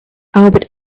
albert